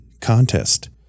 contest